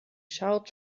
scharrt